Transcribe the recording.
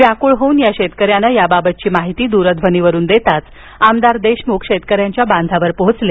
व्याकुळ होऊन या शेतकऱ्यानं याबाबतची माहिती द्रध्वनीवरून देताच आमदार देशमुख शेतकऱ्यांच्या बांधावर पोहोचले